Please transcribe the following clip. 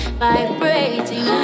vibrating